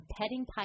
petting